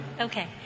Okay